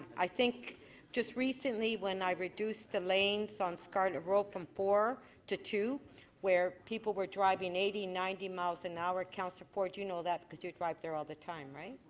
i think just recently when i reduced the lanes on scarlet road from four to two where people were driving eighty, ninety miles an hour, councillor ford you know that because you drive there all the time, right,